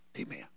Amen